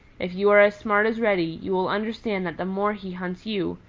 if you are as smart as reddy, you will understand that the more he hunts you,